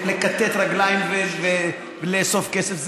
לכּתת רגליים ולאסוף כסף.